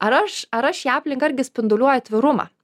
ar aš ar aš į aplinka irgi spinduliuoju atvirumą